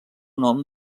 nom